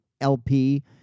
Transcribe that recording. LP